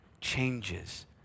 changes